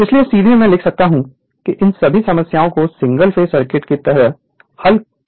इसलिए सीधे मैं लिख सकता हूं कि इन सभी समस्याओं को सिंगल फेस सर्किट की तरह हल किया है